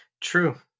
True